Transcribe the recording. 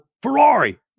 Ferrari